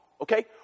okay